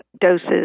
doses